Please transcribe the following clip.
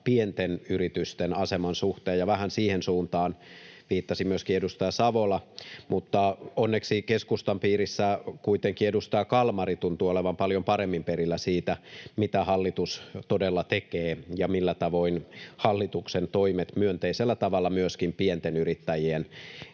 pienten yritysten aseman suhteen ja vähän siihen suuntaan viittasi myöskin edustaja Savola, mutta onneksi keskustan piirissä kuitenkin edustaja Kalmari tuntuu olevan paljon paremmin perillä siitä, mitä hallitus todella tekee ja millä tavoin hallituksen toimet myönteisellä tavalla myöskin pienten yrittäjien